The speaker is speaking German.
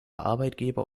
arbeitgeber